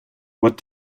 what